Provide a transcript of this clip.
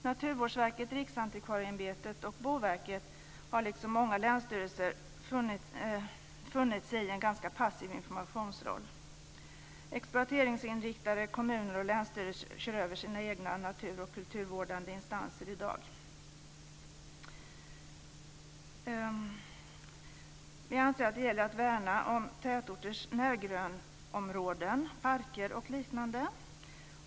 Naturvårdsverket, Riksantikvarieämbetet och Boverket har liksom många länsstyrelser funnit sig i en ganska passiv informationsroll. Exploateringsinriktade kommuner och länsstyrelser kör över sina egna natur och kulturvårdande instanser i dag. Vi anser att det gäller att värna om tätorters närgrönområden, parker och liknande.